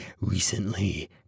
recently